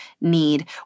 need